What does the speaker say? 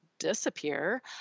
disappear